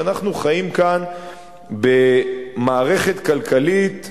שאנחנו חיים כאן במערכת כלכלית,